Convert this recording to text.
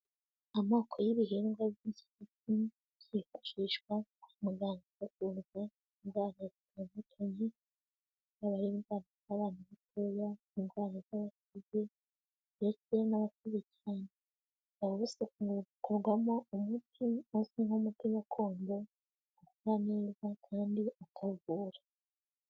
Amoko y'ibihingwa by'igigu byifashishwa amagambogambo umbayere abatanyi n'abayumba abantu kubera indwara z'ababi ndetse n'abakurikirana abasakorwamo umucyoko'umu bwegomba gutananirwa kandi akavura.